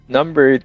Number